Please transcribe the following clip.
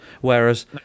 whereas